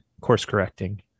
course-correcting